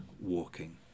walking